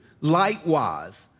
Likewise